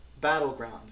battleground